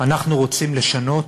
אנחנו רוצים לשנות